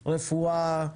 רפואה,